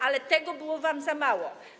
Ale tego było wam za mało.